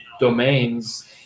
domains